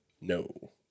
No